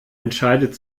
entscheidet